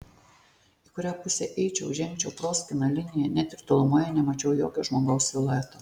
į kurią pusę eičiau žengčiau proskyna linija net ir tolumoje nemačiau jokio žmogaus silueto